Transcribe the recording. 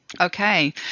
Okay